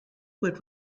would